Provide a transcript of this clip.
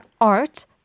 art